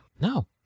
No